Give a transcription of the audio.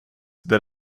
that